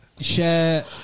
share